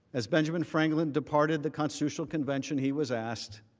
as ben um and franklin departed the constitutional convention he was asked.